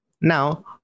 Now